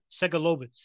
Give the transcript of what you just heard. Segalovitz